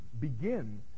begin